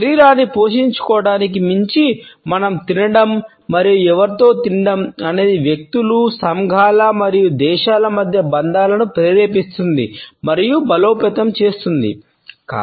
శరీరాన్ని పోషించుకోవటానికి మించి మనం తినడం మరియు ఎవరితో తినడం అనేది వ్యక్తులు సంఘాలు మరియు దేశాల మధ్య బంధాలను ప్రేరేపిస్తుంది మరియు బలోపేతం చేస్తుంది "